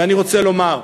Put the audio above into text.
ואני רוצה לומר: